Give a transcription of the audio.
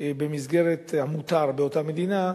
במסגרת המותר באותה מדינה,